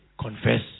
confess